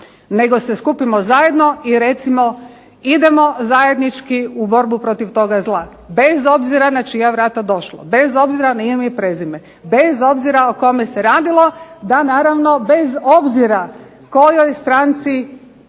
nego se skupimo zajedno i recimo idemo zajednički u borbu protiv toga zla bez obzira na čija vrata došlo, bez obzira na ime i prezime, bez obzira o kome se radilo, da naravno bez obzira kojoj stranci